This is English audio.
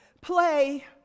play